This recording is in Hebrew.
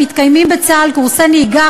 מתקיימים בצה"ל קורסי נהיגה,